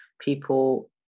people